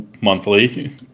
monthly